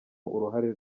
uruhare